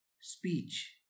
speech